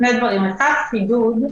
שני דברים: האחד, חידוד.